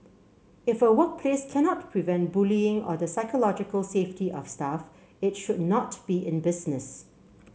if a workplace cannot prevent bullying or the psychological safety of staff it should not be in business